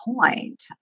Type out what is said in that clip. point